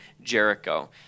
Jericho